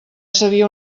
sabia